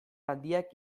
handiak